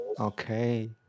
okay